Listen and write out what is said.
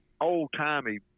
old-timey